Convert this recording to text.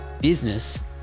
business